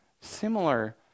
similar